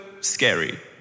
scary